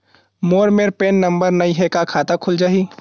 मोर मेर PAN number नई हे का खाता खुल जाही?